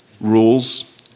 rules